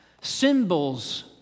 Symbols